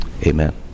Amen